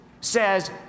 says